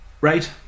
right